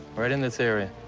right in this area.